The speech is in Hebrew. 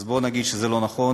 אז בואו נגיד שזה לא נכון,